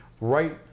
right